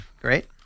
Great